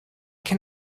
can